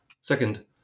Second